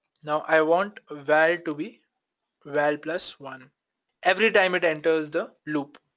now, i want val to be val plus one every time it enters the loop,